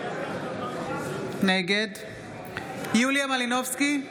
נגד יוליה מלינובסקי,